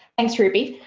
thanks ruby,